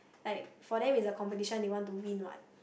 like for them is like a competition they want to win what